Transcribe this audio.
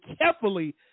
carefully